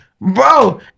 Bro